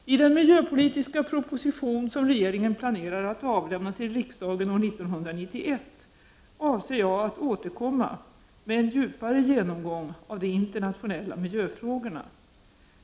I den miljöpolitiska proposition som regeringen planerar att avlämna till riksdagen år 1991 avser jag att återkomma med en djupare genomgång av de internationella miljöfrågorna.